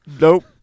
nope